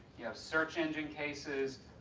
you know, search engine cases,